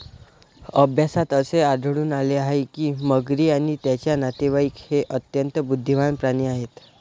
अभ्यासात असे आढळून आले आहे की मगरी आणि त्यांचे नातेवाईक हे अत्यंत बुद्धिमान प्राणी आहेत